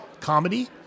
comedy